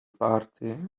party